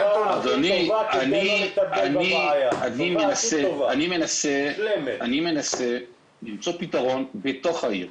אדוני, אני מנסה למצוא פתרון בתוך העיר.